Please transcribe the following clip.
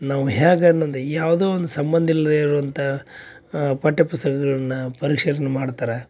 ನಾವು ಹ್ಯಾಗನಂದು ಯಾವುದೋ ಒಂದು ಸಂಬಂಧ ಇಲ್ಲದೇ ಇರುವಂಥ ಪಠ್ಯ ಪುಸ್ತಕಗಳ್ನ ಪರೀಕ್ಷೆಯನ್ನು ಮಾಡ್ತರ